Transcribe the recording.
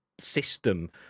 system